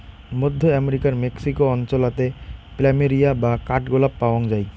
মধ্য আমেরিকার মেক্সিকো অঞ্চলাতে প্ল্যামেরিয়া বা কাঠগোলাপ পায়ং যাই